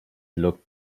looked